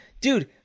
dude